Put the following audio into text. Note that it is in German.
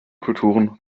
kulturen